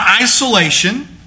isolation